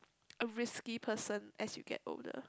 a risky person as you get older